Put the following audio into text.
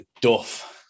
Duff